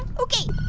okay.